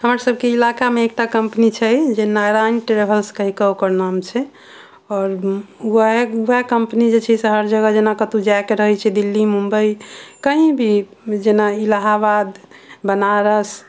हमर सबके इलाका मे एकटा कम्पनी छै जे नारायण ट्रेवल्स कैह कऽ ओकर नाम छै आओर वएह कम्पनी जे छै से हर जगह जेना कतौ जाय के रहै छै दिल्ली मुम्बई कहीं भी जेना इलाहाबाद बनारस